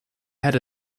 head